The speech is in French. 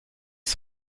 ils